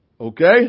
Okay